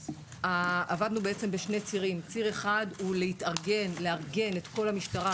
עבדנו בשני צירים: ציר אחד הוא לארגן את כל המשטרה